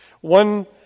One